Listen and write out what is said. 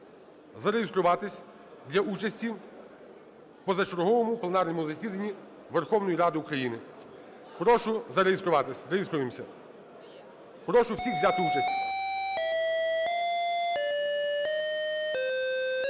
зареєструватися для участі в позачерговому пленарному засіданні Верховної Ради України. Прошу зареєструватися. Реєструємося. Прошу всіх взяти участь.